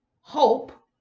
hope